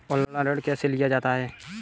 Online ऋण कैसे लिया जाता है?